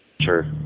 Sure